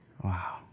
Wow